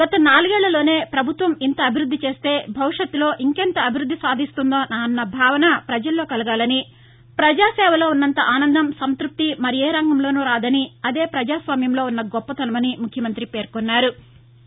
గత నాలుగేక్ఫలోనే పభుత్వం ఇంత అభివృద్ది చేస్తే భవిష్యత్తులో ఇంకెంత అభివృద్ది సాధిస్తుందో అన్న భావన పజలలో కలగాలని పజాసేవలో ఉన్నంత ఆనందం సంత్బప్తి మరే రంగంలోనూ రాదని అదేపజాస్వామ్యంలో ఉన్న గొప్పదనమని ముఖ్యమంతి పేర్కొన్నారు